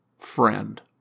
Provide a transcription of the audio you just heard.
friend